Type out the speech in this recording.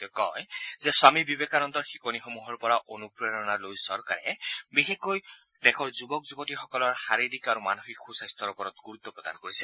তেওঁ কয় যে স্বামী বিবেকানন্দৰ শিকনিসমূহৰ পৰা অনুপ্ৰেৰণা লৈ চৰকাৰে বিশেষকৈ দেশৰ যুৱক যুৱতীসকলৰ শাৰীৰিক আৰু মানসিক সুস্বাস্থ্যৰ ওপৰত গুৰুত্ প্ৰদান কৰিছে